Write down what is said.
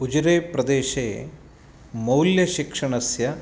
उजिरे प्रदेशे मौल्यशिक्षणस्य